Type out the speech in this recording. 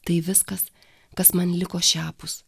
tai viskas kas man liko šiapus